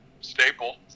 staple